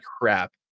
crap